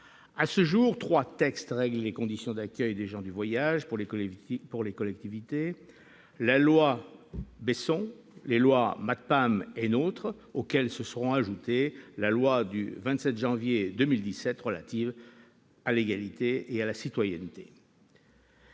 À ce jour, trois textes règlent les conditions d'accueil des gens du voyage par les collectivités : les lois Besson, MAPTAM et NOTRe, auxquelles s'est ajoutée la loi du 27 janvier 2017 relative à l'égalité et à la citoyenneté.